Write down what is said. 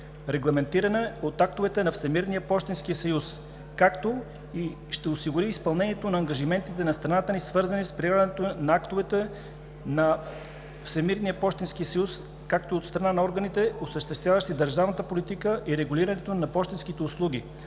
регламентирана от актовете на Всемирния пощенски съюз, както и че ще осигури изпълнението на ангажиментите на страната ни, свързани с прилагането на актовете на Всемирния пощенски съюз както от страна на органите, осъществяващи държавната политика и регулирането на пощенските услуги,